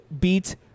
beat